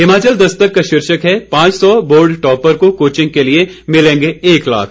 हिमाचल दस्तक का शीर्षक है पांच सौ बोर्ड टॉपर्स को कोचिंग के लिये मिलेंगे एक लाख